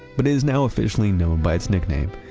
but it is now officially known by its nickname.